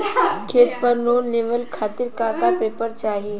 खेत पर लोन लेवल खातिर का का पेपर चाही?